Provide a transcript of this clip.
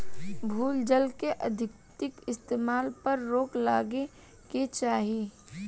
भू जल के अत्यधिक इस्तेमाल पर रोक लागे के चाही